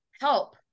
help